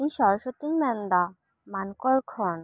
ᱤᱧ ᱥᱚᱨᱚᱥᱚᱥᱛᱤᱧ ᱢᱮᱱᱫᱟ ᱢᱟᱱᱠᱚᱨ ᱠᱷᱚᱱ